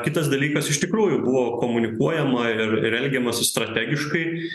kitas dalykas iš tikrųjų buvo komunikuojama ir ir elgiamasi strategiškai